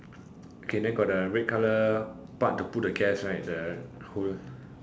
okay then got the red color part to put the gas right the hull